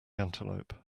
antelope